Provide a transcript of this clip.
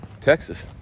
texas